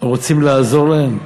רוצים לעזור להם?